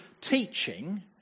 teaching